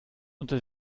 unter